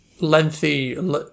lengthy